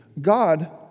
God